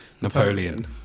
Napoleon